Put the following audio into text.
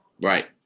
Right